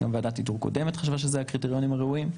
גם ועדת האיתור הקודמת חשבה שאלה הקריטריונים הראויים.